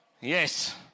Yes